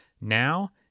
Now